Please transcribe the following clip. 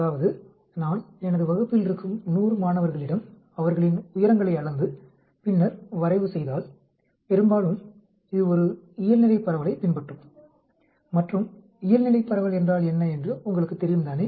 அதாவது நான் எனது வகுப்பில் இருக்கும் 100 மாணவர்களிடம் அவர்களின் உயரங்களை அளந்து பின்னர் வரைவு செய்தால் பெரும்பாலும் இது ஒரு இயல்நிலைப் பரவலைப் பின்பற்றும் மற்றும் இயல்நிலைப் பரவல் என்றால் என்ன என்று உங்களுக்குத் தெரியும்தானே